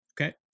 Okay